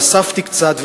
אספתי קצת,